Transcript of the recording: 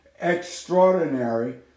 extraordinary